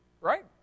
right